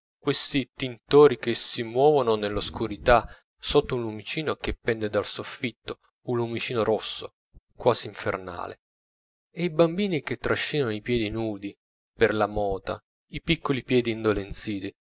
questi tintori che si movono nell'oscurità sotto un lumicino che pende dal soffitto un lumicino rosso quasi infernale e i bambini che trascinano i piedi nudi per la mota i piccoli piedi indolenziti